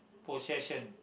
possession